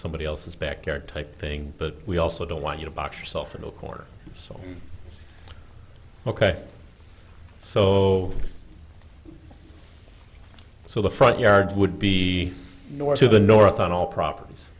somebody else's backyard type thing but we also don't want you to box yourself into a corner so ok so so the front yard would be north to the north on all properties